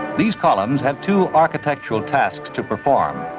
these columns have two architectural tasks to perform.